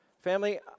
Family